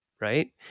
right